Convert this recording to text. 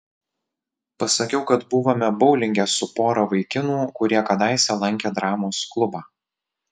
pasakiau kad buvome boulinge su pora vaikinų kurie kadaise lankė dramos klubą